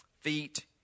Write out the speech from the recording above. feet